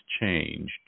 changed